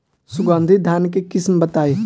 सुगंधित धान के किस्म बताई?